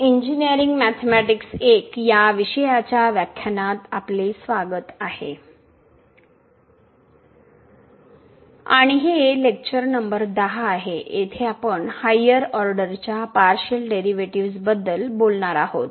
engineering mathematics 1या विषयाच्या व्याख्यानात आपले स्वागत आहे आणि हे लेक्चर नंबर 10 आहे येथे आपण हायर ऑर्डरच्या पार्शिअल डेरिव्हेटिव्हजबद्दल बोलत आहोत